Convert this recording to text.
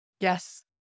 Yes